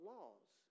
Laws